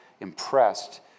impressed